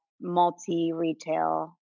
multi-retail